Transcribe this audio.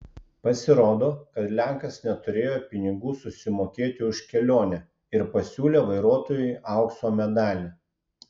pasirodo kad lenkas neturėjo pinigų susimokėti už kelionę ir pasiūlė vairuotojui aukso medalį